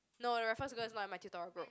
no the raffles girl is not in my tutorial group